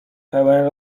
pełen